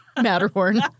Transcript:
Matterhorn